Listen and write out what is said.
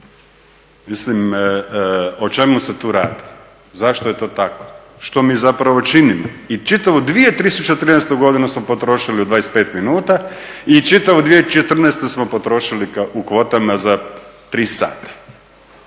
mislim o čemu se to radi, zašto je to tako i što mi zapravo činimo? I čitavu 2013.godinu smo potrošili u 25 minuta i čitavu smo potrošili u kvotama za 3 sata.